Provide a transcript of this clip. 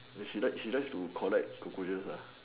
she likes to collects cockroaches